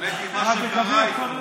האמת היא, מה שקרה איתו,